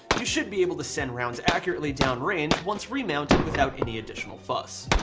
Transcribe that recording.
you should be able to send rounds accurately down range once remounted without any additional fuss.